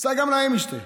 עשה גם להם משתה.